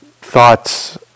thoughts